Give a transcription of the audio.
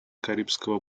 карибского